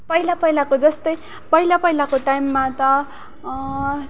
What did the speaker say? पहिला पहिलाको जस्तै पहिला पहिलाको टाइममा त